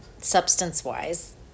substance-wise